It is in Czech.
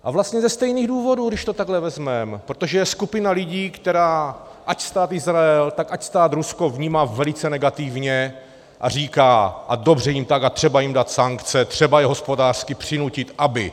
A vlastně ze stejných důvodů, když to takhle vezmeme, protože je skupina lidí, která ať Stát Izrael, ať stát Rusko vnímá velice negativně a říká, a dobře jim tak a třeba jim dát sankce, třeba je hospodářsky přinutit, aby.